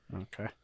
Okay